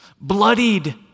bloodied